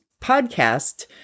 podcast